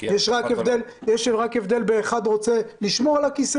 יש רק הבדל באחד שרוצה לשמור על הכיסא